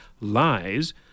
lies